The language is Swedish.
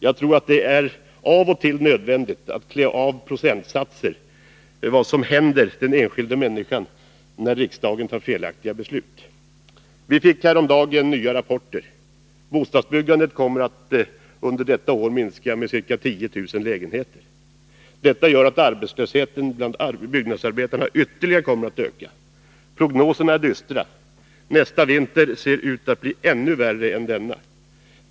Jag tror att det av och till är nödvändigt att klä av procentsatser till vad som händer den enskilda människan, när riksdagen tar felaktiga beslut. Vi fick häromdagen nya rapporter. Bostadsbyggandet kommer under detta år att minska med ca 10 000 lägenheter. Detta gör att arbetslösheten bland byggnadsarbetare ytterligare kommer att öka. Prognoserna är dystra. Nästa vinter ser ut att bli ännu värre än denna.